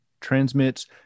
transmits